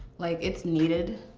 like, it's needed.